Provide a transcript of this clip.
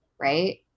right